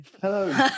Hello